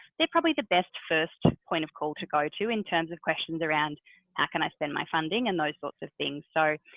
they probably the best first point of call to go to in terms of questions around how can i spend my funding and those sorts of things. so,